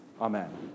Amen